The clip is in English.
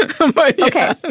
Okay